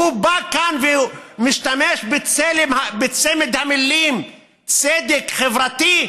והוא בא כאן ומשתמש בצמד המילים "צדק חברתי"?